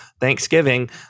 thanksgiving